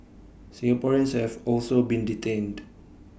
Singaporeans have also been detained